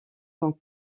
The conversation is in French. sont